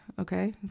Okay